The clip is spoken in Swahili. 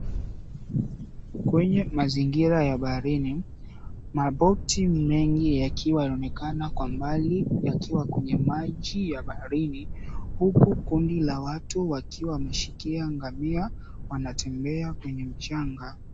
Kwenye mazingira ya baharini. Maboti mengi yakiwa yaonekana kwa mbali yakiwa kwenye maji ya baharini, huku kundi la watu wakiwa wameshikia ngamia wanatembea kwenye mchanga.